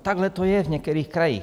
Takhle to je v některých krajích.